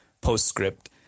postscript